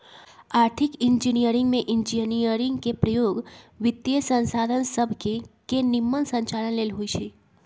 आर्थिक इंजीनियरिंग में इंजीनियरिंग के प्रयोग वित्तीयसंसाधन सभके के निम्मन संचालन लेल होइ छै